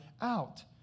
out